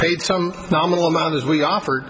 paid some nominal amount as we offered